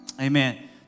Amen